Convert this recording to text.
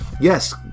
yes